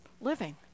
living